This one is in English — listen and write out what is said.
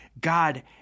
God